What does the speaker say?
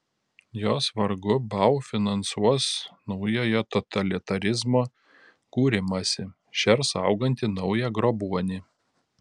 jos vargu bau finansuos naujojo totalitarizmo kūrimąsi šers augantį naują grobuonį